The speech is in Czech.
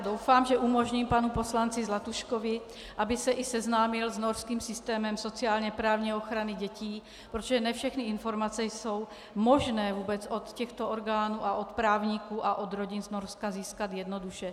Doufám, že umožním panu poslanci Zlatuškovi, aby se i seznámil s norským systémem sociálněprávní ochrany dětí, protože ne všechny informace je možné vůbec od těchto orgánů, od právníků a od rodin z Norska získat jednoduše.